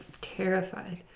terrified